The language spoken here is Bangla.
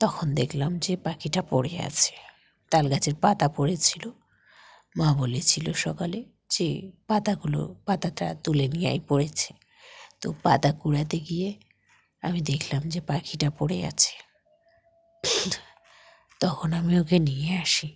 তখন দেখলাম যে পাখিটা পড়ে আছে তাল গাছের পাতা পড়েছিল মা বলেছিল সকালে যে পাতাগুলো পাতাটা তুলে নিয়ে আয় পড়েছে তো পাতা কুড়াতে গিয়ে আমি দেখলাম যে পাখিটা পড়ে আছে তখন আমি ওকে নিয়ে আসি